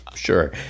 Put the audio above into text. Sure